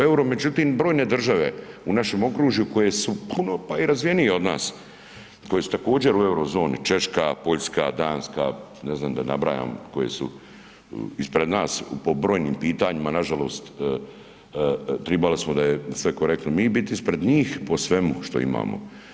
EUR-o međutim brojne države u našem okružuju koje su puno pa i razvijenije od nas koje su također u euro zoni Češka, Poljska, Danska, ne znam da ne nabrajam koje su ispred nas po brojnim pitanjima nažalost tribali smo da je sve korektno mi biti ispred njih po svemu što imamo.